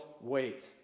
wait